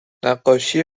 نقاشی